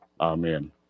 Amen